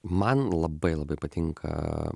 man labai labai patinka